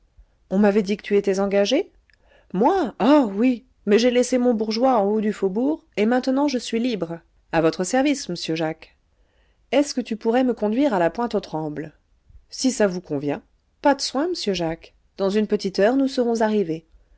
on m'avait dit que tu étais engagé moi ah oui mais j'ai laissé mon bourgeois en haut du faubourg et maintenant je suis libre à votre service m'sieur jacques est-ce que tu pourrais me conduire à la pointe aux trembles si ça vous convient pas de soins m'sieur jacques dans une petite heure nous serons arrivés